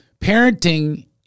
parenting